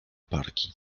parki